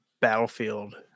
battlefield